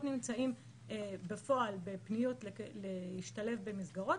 נמצאים בפועל בפניות להשתלב במסגרות,